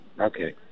Okay